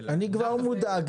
בואו נגיד